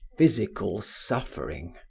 physical suffering.